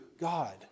God